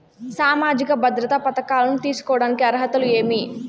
సామాజిక భద్రత పథకాలను తీసుకోడానికి అర్హతలు ఏమి?